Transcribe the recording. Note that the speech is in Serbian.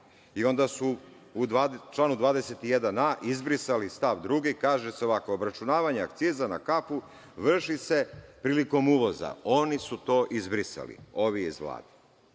i onda su u članu 21a. izbrisali stav 2. Kaže se ovako - obračunavanje akciza na kafu vrši se prilikom uvoza. Oni su to izbrisali, ovi iz Vlade. Ali,